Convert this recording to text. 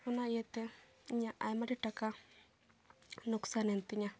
ᱚᱱᱟ ᱤᱭᱟᱹᱛᱮ ᱤᱧᱟᱹᱜ ᱟᱭᱢᱟ ᱰᱷᱮᱨ ᱴᱟᱠᱟ ᱱᱚᱠᱥᱟᱱᱮᱱ ᱛᱤᱧᱟᱹ